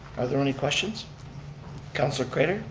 are there any questions councilor craitor